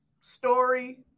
story